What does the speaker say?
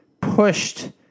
pushed